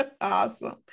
awesome